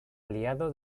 aliado